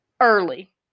early